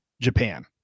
Japan